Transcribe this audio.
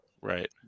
Right